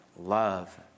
love